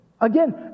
Again